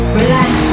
relax